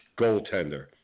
goaltender